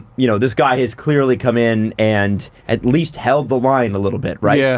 you know, this guy has clearly come in and at least held the line a little bit, right? yeah,